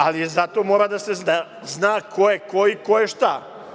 Zato mora da se zna ko je ko i ko je šta.